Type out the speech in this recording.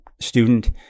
student